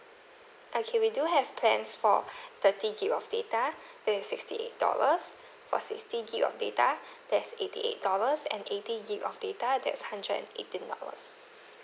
okay we do have plans for thirty gig of data that is sixty eight dollars for sixty gig of data that's eighty eight dollars and eighty give of data that's hundred and eighteen dollars